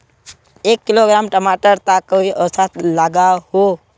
एक किलोग्राम टमाटर त कई औसत लागोहो?